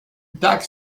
taxe